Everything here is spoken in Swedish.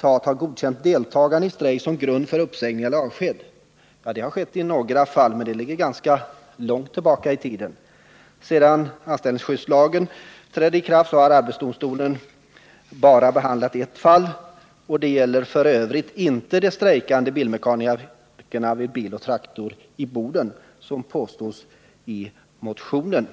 har godkänt deltagande i strejk som grund för uppsägning eller avsked. Ja, det har skett i några fall, men de ligger ganska långt tillbaka i tiden. Sedan anställningsskyddslagen trädde i kraft har arbetsdomstolen bara behandlat ett fall. Och det gäller f. ö. inte de strejkande bilmekanikerna vid Bil & Traktor AB i Boden, såsom påståtts i vpk-motionen.